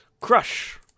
Crush